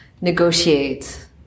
negotiate